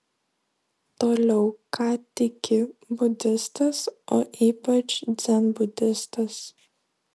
toliau ką tiki budistas o ypač dzenbudistas